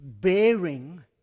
bearing